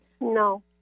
No